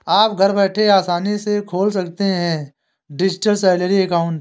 आप घर बैठे आसानी से खोल सकते हैं डिजिटल सैलरी अकाउंट